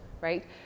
right